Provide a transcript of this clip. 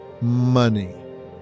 money